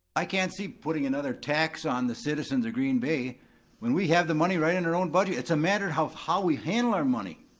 i can't see putting another tax on the citizens of green bay when we have the money right in our own budget, it's a matter of how we handle our money.